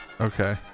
okay